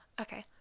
Okay